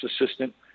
assistant